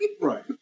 right